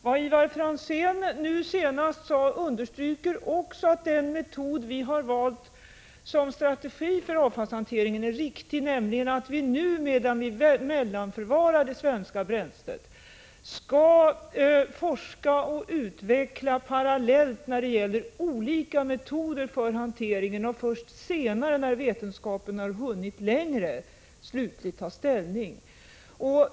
Vad Ivar Franzén nu senast sade understryker också att den metod vi har valt som strategi för avfallshanteringen är riktig, nämligen att vi nå — medan vi mellanförvarar det svenska bränslet — skall forska och utveckla parallellt när det gäller olika metoder för hantering och först senare, när vetenskapen har hunnit längre, slutligt ta ställning.